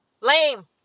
lame